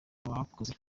abakoze